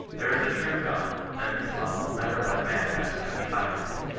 there is a true god, and this law will never let man rest till he finds him.